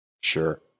Sure